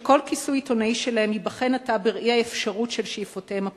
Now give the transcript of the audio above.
שכל כיסוי עיתונאי שלהם ייבחן עתה בראי האפשרות של שאיפותיהם הפולטיות.